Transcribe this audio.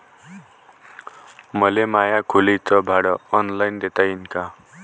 मले माया खोलीच भाड ऑनलाईन देता येईन का?